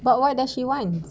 but why does she wants